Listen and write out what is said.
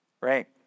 Right